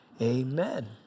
amen